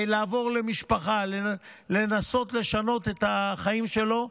לעבור למשפחה, לנסות לשנות את החיים שלו,